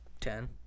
ten